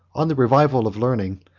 on the revival of learning,